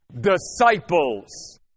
disciples